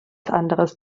anderes